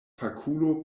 fakulo